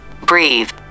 breathe